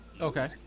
Okay